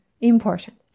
important